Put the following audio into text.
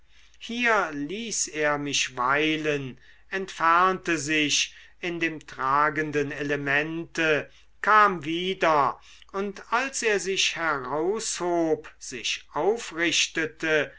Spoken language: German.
hier ließ er mich weilen entfernte sich in dem tragenden elemente kam wieder und als er sich heraushob sich aufrichtete